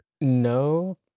No